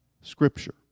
Scripture